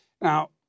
Now